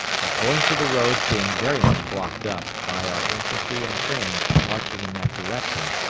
but owing to the roads being very much blocked up by our infantry and trains marching in that direction,